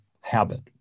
habit